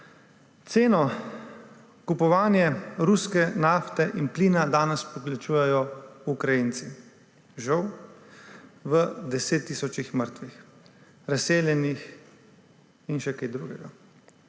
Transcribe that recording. Ceno, kupovanje ruske nafte in plina danes poplačujejo Ukrajinci, žal v desettisočih mrtvih, razseljenih in še kaj drugega.